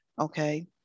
Okay